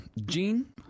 Gene